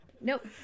nope